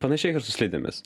panašiai ir su slidėmis